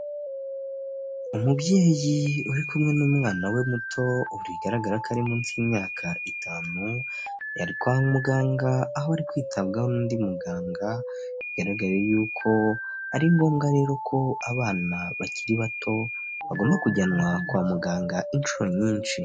Umubyeyi uri kumwe n'umwana we muto, bigaragara ko ari mraunsi y'imyaka itanu ari kwa muganga aho ari kwitabwaho n'undi muganga, bigaraga yuko ari ngombwa rero ko abana bakiri bato bagomba kujyanwa kwa muganga inshuro nyinshi.